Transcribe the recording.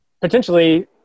potentially